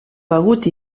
begut